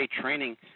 training